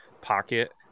pocket